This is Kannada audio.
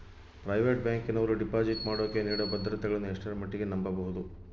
ಪ್ರೈವೇಟ್ ಬ್ಯಾಂಕಿನವರು ಡಿಪಾಸಿಟ್ ಮಾಡೋಕೆ ನೇಡೋ ಭದ್ರತೆಗಳನ್ನು ಎಷ್ಟರ ಮಟ್ಟಿಗೆ ನಂಬಬಹುದು?